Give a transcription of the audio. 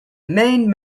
main